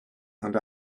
and